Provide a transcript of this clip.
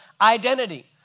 identity